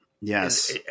Yes